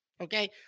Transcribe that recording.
okay